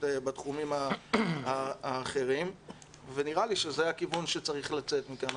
בתחומים האחרים ונראה לי שזה הכיוון שצריך לצאת מכאן.